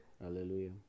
Hallelujah